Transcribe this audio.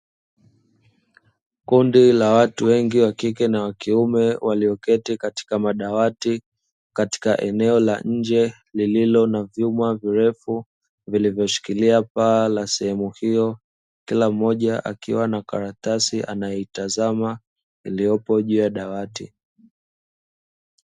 Kundi la watu wengi wa kike na wa kiume, walioketi katika madawati katika eneo la nje lililo na vyuma virefu vilivyoshikilia paa la sehemu hiyo, kila mmoja akiwa na karatasi anaitazama iliyopo juu ya dawati.